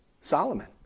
Solomon